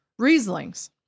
Rieslings